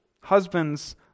Husbands